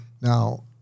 Now